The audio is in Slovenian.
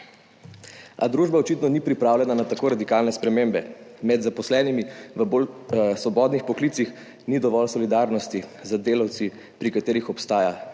A družba očitno ni pripravljena na tako radikalne spremembe. Med zaposlenimi v bolj svobodnih poklicih ni dovolj solidarnosti z delavci, pri katerih obstaja